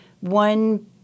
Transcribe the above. One